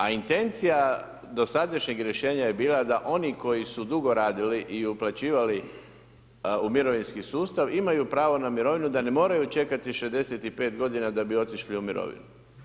A intencija dosadašnjeg rješenja je bila da oni koji su dugo radili i uplaćivali u mirovinski sustav, imaju pravo na mirovinu da ne moraju čekati 65 g. da bi otišli u mirovinu.